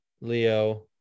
Leo